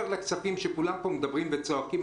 לכספים שכולם פה מדברים עליהם וזועקים,